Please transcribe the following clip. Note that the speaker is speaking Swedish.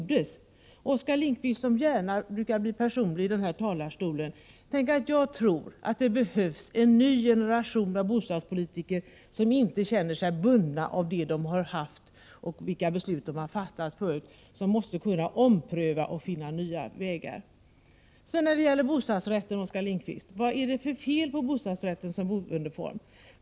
Jag vill säga till Oskar Lindkvist som gärna är personlig när han talar här i talarstolen: Tänk att jag tror att det behövs en ny generation av bostadspolitiker som inte känner sig bundna av det som varit och av beslut som fattats tidigare, som kan ompröva och finna nya vägar! Sedan när det gäller bostadsrätten, Oskar Lindkvist. Vad är det för fel på den boendeformen?